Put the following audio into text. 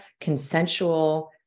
consensual